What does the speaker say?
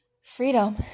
Freedom